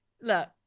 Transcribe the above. look